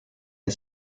est